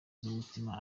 z’umutima